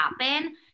happen